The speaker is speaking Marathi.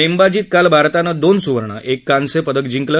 नाखाजीत काल भारतानं दोन सुवर्ण एक कांस्य पदक जिंकलं